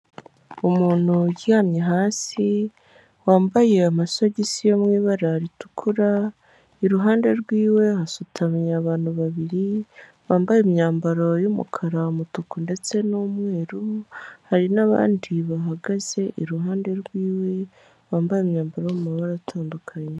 Umuntu uryamye hasi wambaye amasogisi yo mu ibara ritukura, iruhande rw'iwe hasutamye abantu babiri bambaye imyambaro y'umukara, umutuku ndetse n'umweru, hari n'abandi bahagaze iruhande rw'iwe bambaye imyambaro yo mu mabara atandukanye.